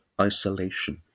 Isolation